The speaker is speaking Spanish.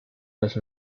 los